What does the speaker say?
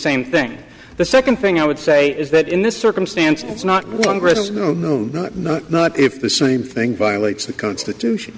same thing the second thing i would say is that in this circumstance it's not longer it is whom no not if the same thing violates the constitution